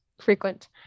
frequent